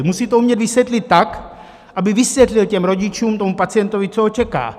Musí to umět vysvětlit tak, aby vysvětlil těm rodičům, tomu pacientovi, co ho čeká.